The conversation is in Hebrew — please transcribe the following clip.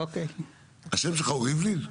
השם שלך הוא ריבלין?